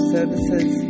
Services